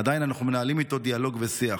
עדיין אנחנו מנהלים איתו דיאלוג ושיח.